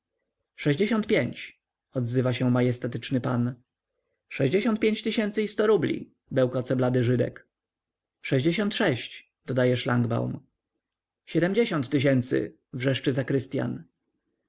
sześćdziesiąt pięć odzywa się majestatyczny pan sześćdziesiąt pięć tysięcy i sto rubli bełkoce blady żydek sześćdziesiąt sześć dodaje szlangbaum siedmdziesiąt tysięcy wrzeszczy zakrystyan